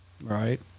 Right